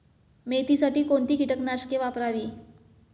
मेथीसाठी कोणती कीटकनाशके वापरावी?